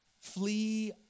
Flee